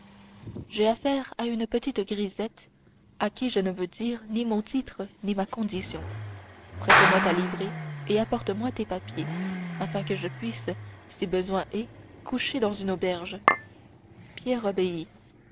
j'ai affaire à une petite grisette à qui je ne veux dire ni mon titre ni ma condition prête-moi ta livrée et apporte-moi tes papiers afin que je puisse si besoin est coucher dans une auberge pierre obéit